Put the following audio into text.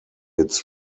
its